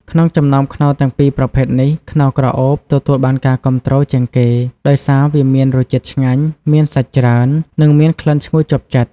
ក្នុងចំណោមខ្នុរទាំងពីរប្រភេទនេះ ខ្នុរក្រអូប ទទួលបានការគាំទ្រជាងគេ ដោយសារវាមានរសជាតិឆ្ងាញ់ មានសាច់ច្រើន និងមានក្លិនឈ្ងុយជាប់ចិត្ត។